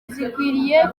zikwiriye